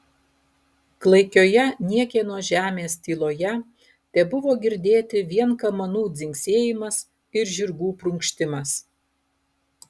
klaikioje niekieno žemės tyloje tebuvo girdėti vien kamanų dzingsėjimas ir žirgų prunkštimas